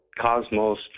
cosmos